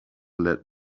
let